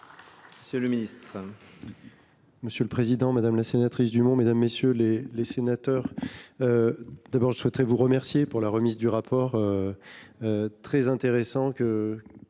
monsieur le ministre